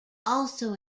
also